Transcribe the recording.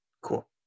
cool